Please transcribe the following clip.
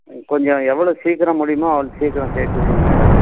ம் கொஞ்சம் எவ்வளோ சீக்கிரம் முடியுமோ அவ்வளோ சீக்கிரம் சேர்த்துவுடுங்க மேடம்